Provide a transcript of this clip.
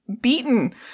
beaten